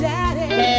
Daddy